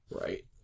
Right